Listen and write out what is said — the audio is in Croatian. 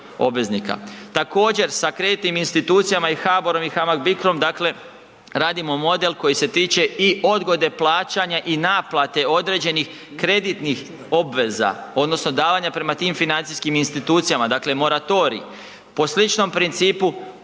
Također, sa kreditnim institucijama i HBOR-om i HAMAG-BICRO-om, dakle radimo model koji se tiče i odgode plaćanja i naplate određenih kreditnih obveza odnosno davanja prema tim financijskim institucijama, dakle moratorij. Po sličnom principu